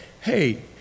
hey